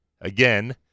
Again